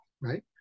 right